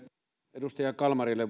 edustaja kalmarille